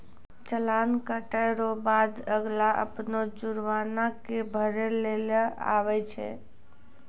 चालान कटे रो बाद अगला अपनो जुर्माना के भरै लेली आवै छै